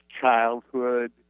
childhood